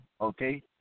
okay